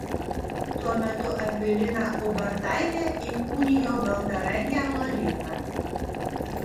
tuo metu akvilina ubartaitė įkūnijo baltarankę lolitą